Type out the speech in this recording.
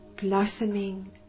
blossoming